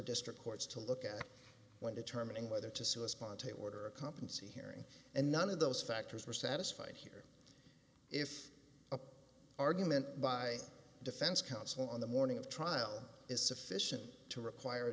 district courts to look at when determining whether to sue a spontaneous order a competency hearing and none of those factors were satisfied here if argument by defense counsel on the morning of trial is sufficient to require a